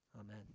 Amen